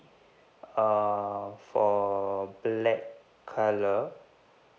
uh for black colour